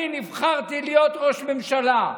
אני נבחרתי להיות ראש ממשלה,